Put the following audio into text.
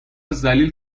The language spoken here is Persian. ذلیل